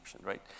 right